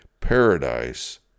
paradise